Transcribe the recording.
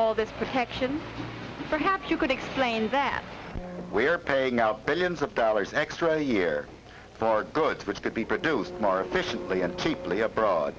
all this protection perhaps you could explain that we're paying out billions of dollars extra year goods which could be produced more efficiently and keep playing abroad